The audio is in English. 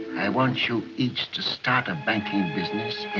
i want you each to start a banking business